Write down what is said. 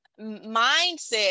mindset